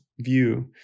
view